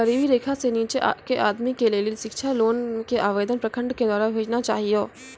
गरीबी रेखा से नीचे के आदमी के लेली शिक्षा लोन के आवेदन प्रखंड के द्वारा भेजना चाहियौ?